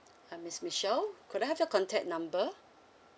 uh miss Michelle could I have your contact number